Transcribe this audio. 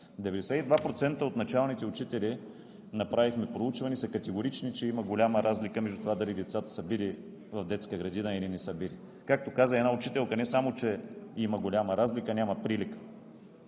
92% от началните учители – направихме проучване, са категорични, че има голяма разлика между това дали децата са били в детска градина, или не са били. Както каза една учителка, не само че има голяма разлика, няма прилика.